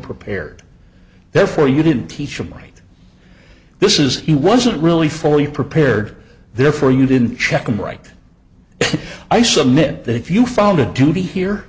prepared therefore you didn't teach a great this is he wasn't really fully prepared therefore you didn't check him right i submit that if you found it to be here